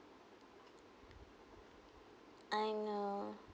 I know